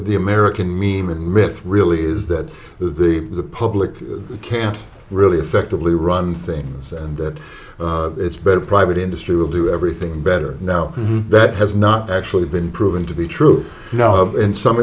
the american mean the myth really is that the public can't really effectively run things and that it's better private industry will do everything better now that has not actually been proven to be true you know in some